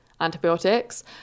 antibiotics